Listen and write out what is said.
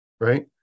right